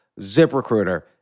ZipRecruiter